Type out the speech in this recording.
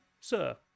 sir